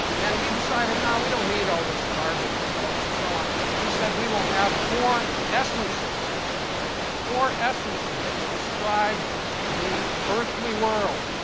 and he decided, nah, we don't need all this carbon, sulfur, and so on. he said, we will have four essences four essences that will describe the earthly world.